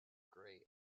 grey